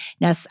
now